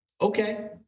Okay